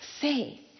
Faith